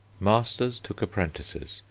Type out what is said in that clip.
masters took apprentices,